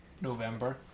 November